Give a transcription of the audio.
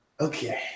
Okay